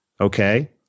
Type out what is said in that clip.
Okay